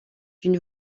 une